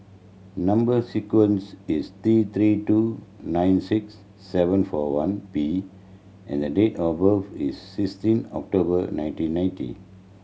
number sequence is T Three two nine six seven four one P and the date of birth is sixteen October nineteen ninety